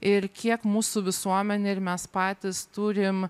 ir kiek mūsų visuomenė ir mes patys turim